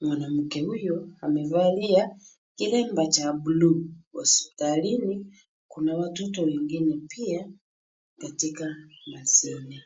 Mwanamke huyo amevalia kilemba cha buluu. Hospitalini kuna watoto wengine pia katika mashine.